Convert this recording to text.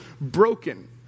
broken